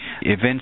events